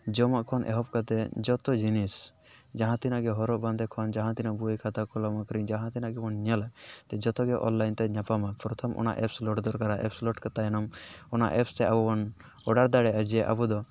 ᱡᱚᱢᱟᱜ ᱠᱷᱚᱱ ᱮᱦᱚᱵ ᱠᱟᱛᱮ ᱡᱚᱛᱚ ᱡᱤᱱᱤᱥ ᱡᱟᱦᱟᱸᱛᱤᱱᱟᱹᱜ ᱜᱮ ᱦᱚᱨᱚᱜ ᱵᱟᱸᱫᱮ ᱠᱷᱚᱱ ᱡᱟᱦᱟᱸ ᱛᱤᱱᱟᱹᱜ ᱜᱮ ᱵᱳᱭ ᱠᱷᱟᱛᱟ ᱠᱚᱞᱚᱢ ᱟᱠᱷᱨᱤᱧ ᱡᱟᱦᱟᱸ ᱛᱤᱱᱟᱹᱜ ᱜᱮᱵᱚᱱ ᱧᱮᱞᱟ ᱛᱚ ᱡᱚᱛᱚ ᱜᱮ ᱚᱱᱞᱟᱭᱤᱱ ᱛᱮ ᱧᱟᱯᱟᱢᱟ ᱯᱨᱚᱛᱷᱚᱢ ᱚᱱᱟ ᱮᱯᱥ ᱞᱳᱰ ᱫᱚᱨᱠᱟᱨᱟ ᱮᱯᱥ ᱞᱳᱰ ᱛᱟᱭᱱᱚᱢ ᱚᱱᱟ ᱮᱯᱥ ᱛᱮ ᱟᱵᱚ ᱵᱚᱱ ᱚᱰᱟᱨ ᱫᱟᱲᱮᱭᱟᱜᱼᱟ ᱡᱮ ᱟᱵᱚ ᱫᱚ